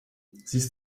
siehst